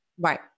Right